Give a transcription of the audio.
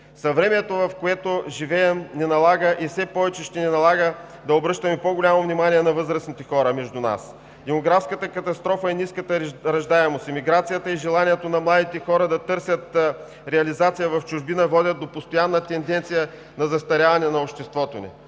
Съвремието, в което живеем, ни налага и все повече ще ни налага да обръщаме по-голямо внимание на възрастните хора между нас. Демографската катастрофа и ниската раждаемост, имиграцията и желанието на младите хора да търсят реализация в чужбина водят до постоянна тенденция на застаряване на обществото ни.